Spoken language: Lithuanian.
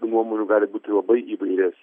tų nuomonių gali būti labai įvaires